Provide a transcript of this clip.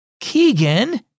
Keegan